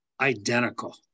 identical